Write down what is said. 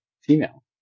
female